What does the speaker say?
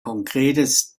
konkretes